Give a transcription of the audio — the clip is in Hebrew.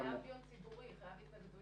חייב דיון ציבורי, חייב התנגדויות.